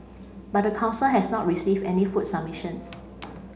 but the council has not received any food submissions